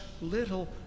little